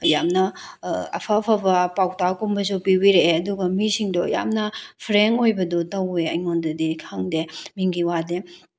ꯌꯥꯝꯅ ꯑꯐ ꯑꯐꯕ ꯄꯥꯎꯇꯥꯛꯀꯨꯝꯕꯁꯨ ꯄꯤꯕꯤꯔꯛꯑꯦ ꯑꯗꯨꯒ ꯃꯤꯁꯤꯡꯗꯣ ꯌꯥꯝꯅ ꯐ꯭ꯔꯦꯟꯛ ꯑꯣꯏꯕꯗꯣ ꯇꯧꯋꯦ ꯑꯩꯉꯣꯟꯗꯗꯤ ꯈꯪꯗꯦ ꯃꯤꯒꯤ ꯋꯥꯗꯤ